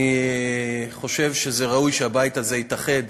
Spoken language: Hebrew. אני חושב שראוי שהבית הזה יתאחד